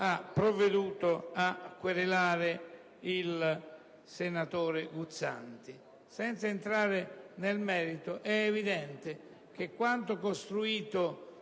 ha provveduto a querelare il senatore Guzzanti. Senza entrare nel merito, è evidente che quanto costruito